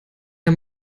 ihr